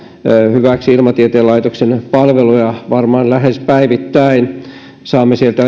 hyväkseen ilmatieteen laitoksen palveluja varmaan lähes päivittäin saamme sieltä